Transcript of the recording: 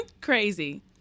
Crazy